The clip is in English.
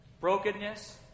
Brokenness